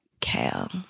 kale